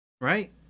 Right